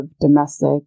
domestic